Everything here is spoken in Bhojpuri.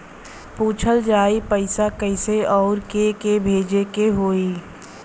पूछल जाई पइसा कैसे अउर के के भेजे के हौ